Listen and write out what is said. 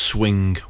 Swing